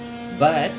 but